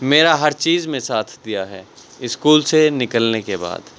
میرا ہر چیز میں ساتھ دیا ہے اسکول سے نکلنے کے بعد